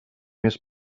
més